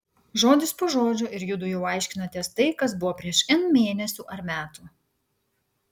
žodis po žodžio ir judu jau aiškinatės tai kas buvo prieš n mėnesių ar metų